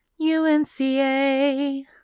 UNCA